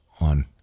on